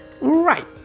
Right